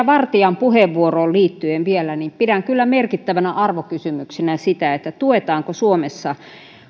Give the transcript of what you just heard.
vartian puheenvuoroon liittyen pidän kyllä merkittävänä arvokysymyksenä sitä tuetaanko suomessa